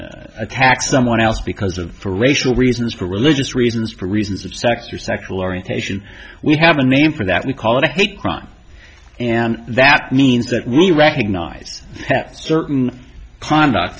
someone attacks someone else because of for racial reasons for religious reasons for reasons of sex or sexual orientation we have a name for that we call it a hate crime and that means that we recognize that certain conduct